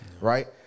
right